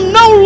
no